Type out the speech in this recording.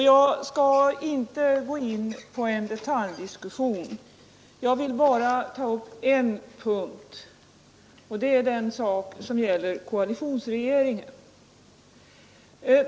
Jag skall inte gå in på en detaljdiskussion; jag vill bara ta upp en punkt, och det gäller frågan om koalitionsregeringen.